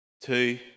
two